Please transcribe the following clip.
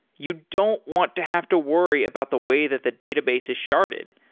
you don't want to have to worry about the way that the database is sharded,